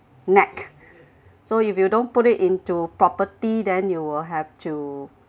neck so if you don't put it into property then you will have to